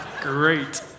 Great